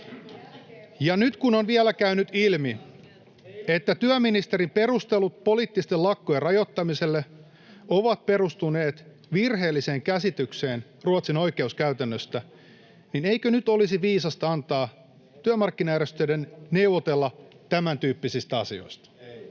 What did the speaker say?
Ja nyt kun on vielä käynyt ilmi, että työministerin perustelut poliittisten lakkojen rajoittamiselle ovat perustuneet virheelliseen käsitykseen Ruotsin oikeuskäytännöstä, niin eikö nyt olisi viisasta antaa työmarkkinajärjestöjen neuvotella tämäntyyppisistä asioista?